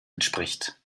entspricht